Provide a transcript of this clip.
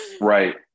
Right